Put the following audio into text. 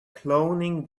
cloning